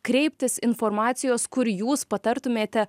kreiptis informacijos kur jūs patartumėte